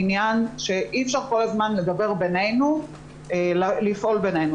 אי אפשר כל הזמן לדבר בינינו ולפעול בינינו.